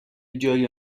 جای